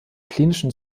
klinischen